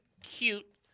cute